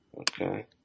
Okay